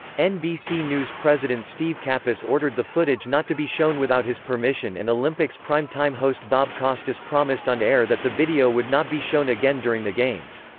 nbc news president steve capus ordered the footage not to be shown without his permission and olympics prime time host bob costas promised on-air that the video would not be shown again during the games.